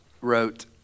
wrote